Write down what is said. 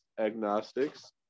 agnostics